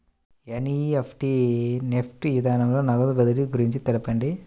NEFT NEFT విధానంలో నగదు బదిలీ గురించి తెలుపండి?